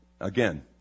again